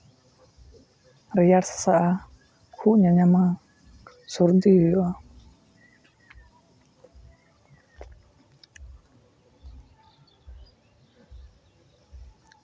ᱨᱮᱭᱟᱲ ᱥᱟᱼᱥᱟᱵᱼᱟ ᱠᱷᱩᱜ ᱧᱟᱧᱟᱢᱟ ᱥᱚᱨᱫᱤ ᱦᱩᱭᱩᱜᱼᱟ